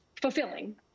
fulfilling